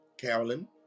carolyn